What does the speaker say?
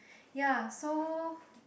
ya so